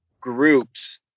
groups